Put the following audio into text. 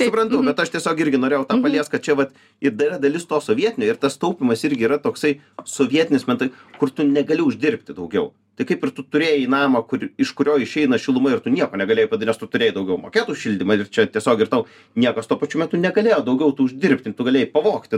suprantu bet aš tiesiog irgi norėjau tą paliest kad čia vat ir dalis to sovietinio ir tas taupymas irgi yra toksai sovietinis mental kur tu negali uždirbti daugiau tai kaip ir tu turėjai namą kur iš kurio išeina šiluma ir tu nieko negalėjai padaryt nes tu turėjai daugiau mokėt už šildymą ir čia tiesiog ir tau niekas tuo pačiu metu negalėjo daugiau uždirbti tu galėjai pavogti